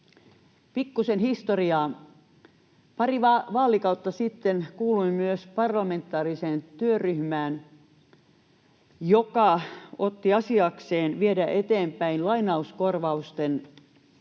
Pikkuisen historiaa: Pari vaalikautta sitten kuuluin myös parlamentaariseen työryhmään, joka otti asiakseen viedä eteenpäin lainauskorvausten tekemistä